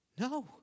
No